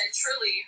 truly